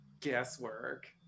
guesswork